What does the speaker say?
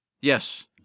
Yes